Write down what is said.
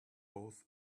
both